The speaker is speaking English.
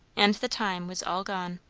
and the time was all gone.